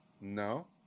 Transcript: No